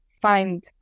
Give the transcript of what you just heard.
find